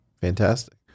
fantastic